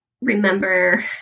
remember